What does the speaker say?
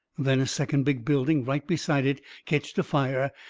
then a second big building right beside it ketched afire,